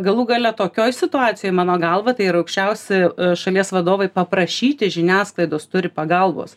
galų gale tokioj situacijoj mano galva tai ir aukščiausi šalies vadovai paprašyti žiniasklaidos turi pagalbos